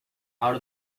out